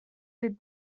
did